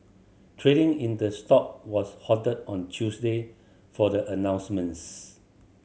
trading in the stock was halted on Tuesday for the announcements